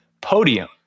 podium